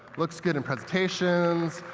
looks good in presentations.